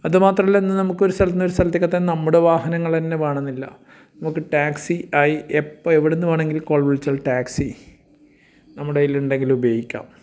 അതു മാത്രല്ല ഇന്ന് നമുക്ക് ഒരു സ്ഥലത്ത് നിന്ന് ഒരു സ്ഥലത്തേക്ക് എത്താൻ നമ്മുടെ വാഹനങ്ങൾ തന്നെ വേണമെന്നില്ല നമുക്ക് ടാക്സി ആയി എപ്പോൾ എവിടെ നിന്ന് വേണെമെങ്കിലും കോൾ വിളിച്ചാൽ ടാക്സി നമ്മുടേലുണ്ടെങ്കിൽ ഉപയോഗിക്കാം